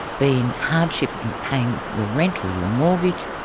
be in hardship in paying your rent or your mortgage,